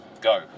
Go